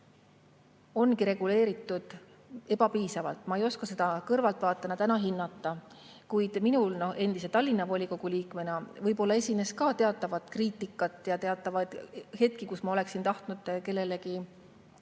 reguleeritud. Ma ei oska seda kõrvaltvaatajana hinnata, kuid minul endise Tallinna volikogu liikmena võib-olla esines ka teatavat kriitikat ja hetki, kui ma oleksin tahtnud kusagilt